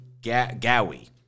gawi